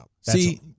See